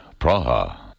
Praha